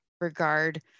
regard